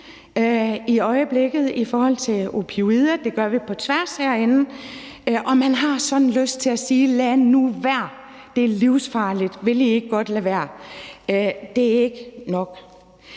og unge i forhold til opioider; det gør vi på tværs herinde. Og man har lyst til at sige: Lad nu være; det er livsfarligt, vil I ikke godt lade være. Det er ikke nok.